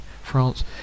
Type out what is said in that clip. France